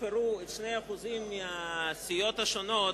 יספרו 2% מהסיעות השונות?